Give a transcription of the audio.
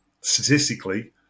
statistically